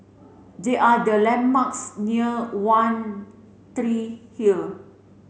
they are the landmarks near One Tree Hill